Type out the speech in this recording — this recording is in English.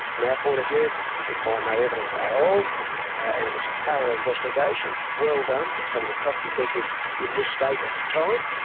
point of view we could find no evidence at all and it was a thorough investigation, well done, some of the top detectives in the state at the time,